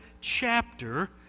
chapter